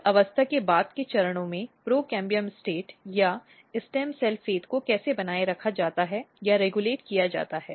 मूल अवस्था में बाद के चरणों में प्रोकैम्बियम अवस्था या स्टेम सेल भाग्य को कैसे बनाए रखा जाता है या रेगुलेट किया जाता है